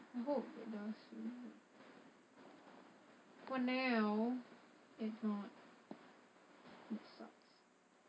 I hope the for now it's not that sucks